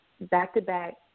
back-to-back